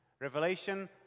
Revelation